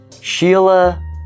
Sheila